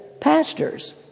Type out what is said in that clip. pastors